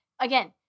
again